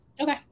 Okay